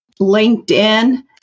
LinkedIn